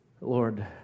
Lord